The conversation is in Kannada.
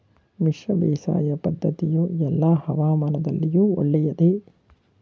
ಮಿಶ್ರ ಬೇಸಾಯ ಪದ್ದತಿಯು ಎಲ್ಲಾ ಹವಾಮಾನದಲ್ಲಿಯೂ ಒಳ್ಳೆಯದೇ?